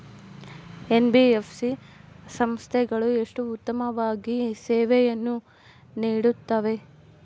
NBFC ಸಂಸ್ಥೆಗಳು ಎಷ್ಟು ಉತ್ತಮವಾಗಿ ಸೇವೆಯನ್ನು ನೇಡುತ್ತವೆ?